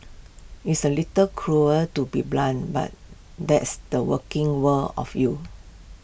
it's A little cruel to be blunt but that's the working world of you